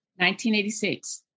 1986